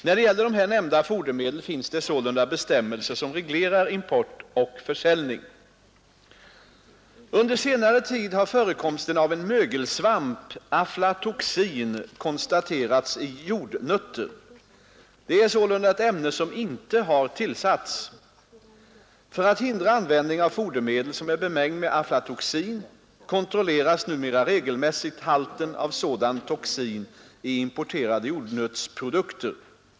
När det gäller här nämnda fodermedel finns det sålunda bestämmelser som reglerar import och försäljning. Under senare tid har förekomsten av en mögelsvamp, aflatoxin, konstaterats i jordnötter. Det är sålunda ett ämne som inte har tillsatts. För att hindra användning av fodermedel som är bemängda med aflatoxin kontrolleras numera regelmässigt halten av sådan toxin i importerade jordnötsprodukter.